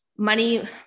money